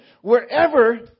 wherever